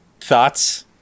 Thoughts